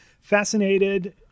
fascinated